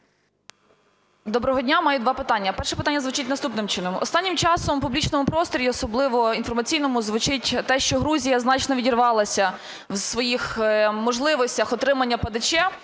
Доброго дня! Маю два питання. Перше питання звучить наступним чином. Останнім часом у публічному просторі, особливо інформаційному, звучить те, що Грузія значно відірвалася в своїх можливостях отримання ПДЧ.